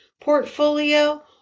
portfolio